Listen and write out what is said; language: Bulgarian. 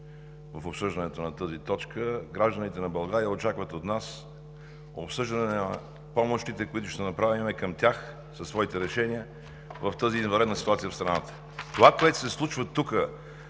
в обсъждането на тази точка. Гражданите на България очакват от нас обсъждане на помощите, които ще направим към тях със своите решения в тази извънредна ситуация в страната. Това, което се случва тук